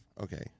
okay